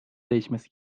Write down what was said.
değişmesi